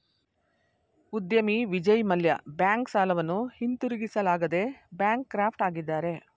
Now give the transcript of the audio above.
ಉದ್ಯಮಿ ವಿಜಯ್ ಮಲ್ಯ ಬ್ಯಾಂಕ್ ಸಾಲವನ್ನು ಹಿಂದಿರುಗಿಸಲಾಗದೆ ಬ್ಯಾಂಕ್ ಕ್ರಾಫ್ಟ್ ಆಗಿದ್ದಾರೆ